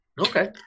okay